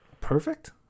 Perfect